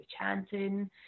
chanting